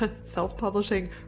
self-publishing